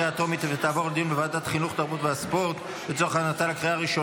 לוועדת החינוך, התרבות והספורט נתקבלה.